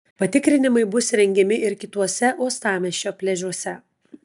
patikrinimai bus rengiami ir kituose uostamiesčio pliažuose